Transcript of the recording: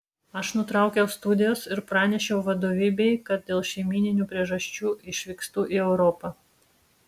aš nutraukiau studijas ir pranešiau vadovybei kad dėl šeimyninių priežasčių išvykstu į europą